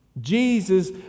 Jesus